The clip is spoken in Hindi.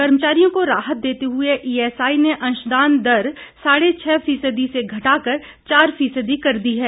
कर्मचारियों को राहत देते हुए ईएसआई ने अंशदान दर साढ़े छह फीसदी से घटाकर चार फीसदी कर दी है